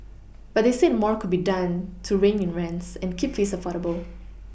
but they said more could be done to rein in rents and keep fees affordable